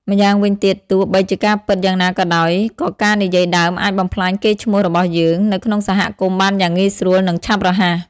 ម៉្យាងវិញទៀតទោះបីជាការពិតយ៉ាងណាក៏ដោយ ក៏ការនិយាយដើមអាច បំផ្លាញកេរ្តិ៍ឈ្មោះរបស់យើង នៅក្នុងសហគមន៍បានយ៉ាងងាយស្រួល និងឆាប់រហ័ស។